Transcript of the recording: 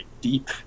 deep